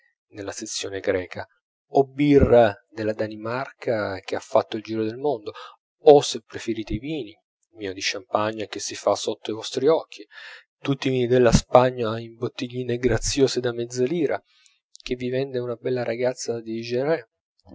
nella sezione greca o birra della danimarca che ha fatto il giro del mondo o se preferite i vini vino di champagne che si fa sotto i vostri occhi tutti i vini della spagna in bottigline graziose da mezza lira che vi vende una bella ragazza di